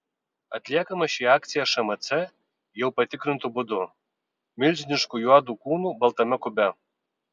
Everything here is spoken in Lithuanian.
atliekama ši akcija šmc jau patikrintu būdu milžinišku juodu kūnu baltame kube